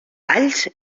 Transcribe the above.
alls